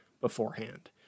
beforehand